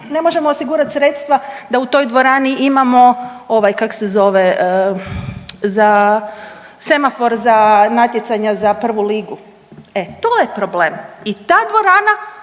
Ne možemo osigurati sredstva da u toj dvorani imamo, ovaj, kak se zove, za, semafor za natjecanja za prvu ligu, e to je problem. I ta dvorana